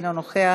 אינו נוכח,